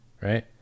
right